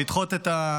לדחות את,